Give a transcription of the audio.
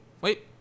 wait